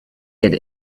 had